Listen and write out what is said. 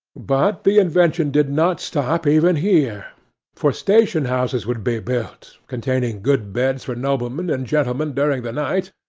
but the invention did not stop even here for station-houses would be built, containing good beds for noblemen and gentlemen during the night,